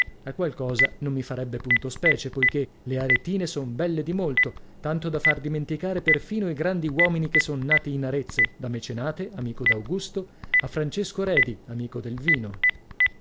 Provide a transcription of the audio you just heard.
qual cosa non mi farebbe punto specie poichè le aretine son belle di molto tanto da far dimenticare perfino i grandi uomini che son nati in arezzo da mecenate amico d'augusto a francesco redi amico del vino